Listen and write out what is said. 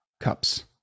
cups